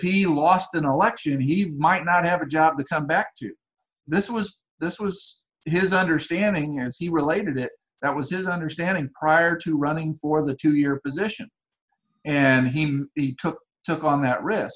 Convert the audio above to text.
he lost an election he might not have a job to come back to this was this was his understanding as he related it that was just understanding prior to running for the to your position and he he took took on that risk